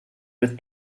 with